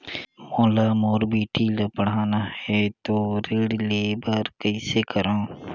मोला मोर बेटी ला पढ़ाना है तो ऋण ले बर कइसे करो